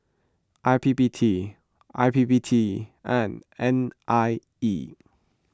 I P P T I P P T and N I E